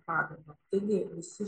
pagarbą taigi visi